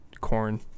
corn